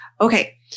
Okay